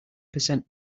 percent